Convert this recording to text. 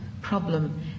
problem